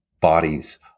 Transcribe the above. bodies